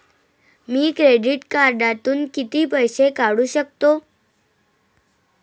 मी credit कार्डातून किती पैसे काढू शकतो?